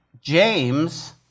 James